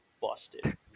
busted